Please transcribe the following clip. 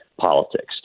politics